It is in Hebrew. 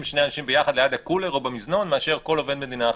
שני אנשים ביחד ליד הקולר או במזנון מאשר כל עובד מדינה אחרת.